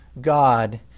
God